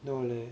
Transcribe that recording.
no leh